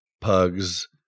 pugs